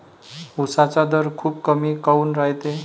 उसाचा दर खूप कमी काऊन रायते?